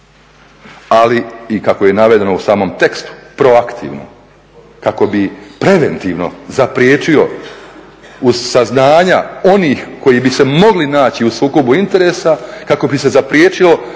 ali i kako je navedeno u samom tekstu, proaktivno kako bi preventivno zapriječio uz saznanja onih koji bi se mogli naći u sukobu interesa, kako bi se zapriječio